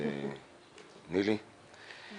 אין